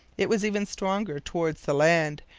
it was even stronger towards the land,